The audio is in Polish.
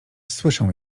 słyszę